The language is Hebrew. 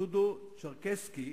דודו צ'רקסקי,